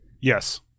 Yes